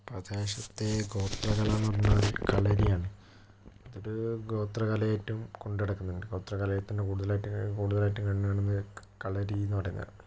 പ്രദേശത്തെ ഗോത്രകലയെന്ന് പറയുന്നത് കളരിയാണ് അതൊരു ഗോത്രകലയായിട്ടും കൊണ്ട് നടക്കുന്നുണ്ട് ഗോത്രകലയിൽ തന്നെ കൂടുതലായിട്ട് കൂടുതലായിട്ട് കണ്ട് കാണുന്നത് കളരിയെന്ന് പറയുന്നതാണ്